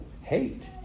hate